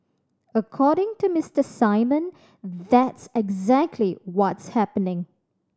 according to Mister Simon that's exactly what's happening